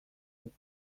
dut